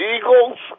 Eagles